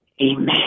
Amen